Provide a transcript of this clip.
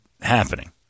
happening